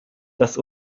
das